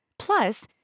Plus